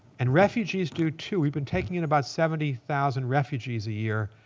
and refugees do too. we've been taking in about seventy thousand refugees a year.